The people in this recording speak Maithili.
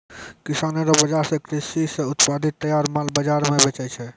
किसानो रो बाजार से कृषि से उत्पादित तैयार माल बाजार मे बेचै छै